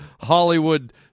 Hollywood